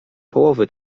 połowy